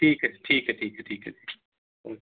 ठीक ऐ ठीक ऐ ठीक ऐ ओके